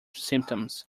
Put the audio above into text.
symptoms